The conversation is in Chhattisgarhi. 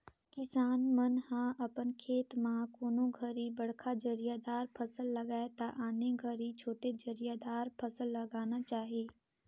किसान मन ह अपन खेत म कोनों घरी बड़खा जरिया दार फसल लगाये त आने घरी छोटे जरिया दार फसल लगाना चाही